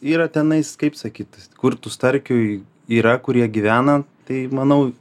yra tenais kaip sakyt kur tu starkiui yra kurie gyvena tai manau